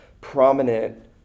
prominent